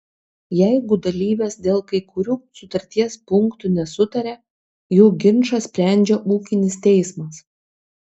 jeigu dalyvės dėl kai kurių sutarties punktų nesutaria jų ginčą sprendžia ūkinis teismas